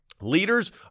Leaders